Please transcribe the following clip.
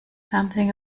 something